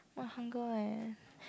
!wah! hunger eh